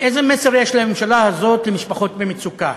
איזה מסר יש לממשלה הזאת למשפחות במצוקה?